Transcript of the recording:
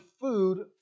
food